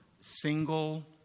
single